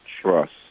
trust